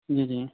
جی جی